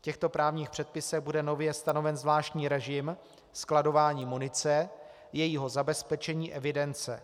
V těchto právních předpisech bude nově stanoven zvláštní režim skladování munice, jejího zabezpečení, evidence.